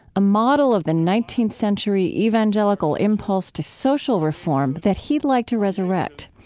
a model of the nineteenth century evangelical impulse to social reform that he'd like to resurrect.